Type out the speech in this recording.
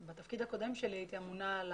שבתפקיד הקודם שלי הייתי אמונה על